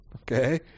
Okay